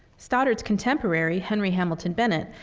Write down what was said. stoddard's contemporary, henry hamilton bennett,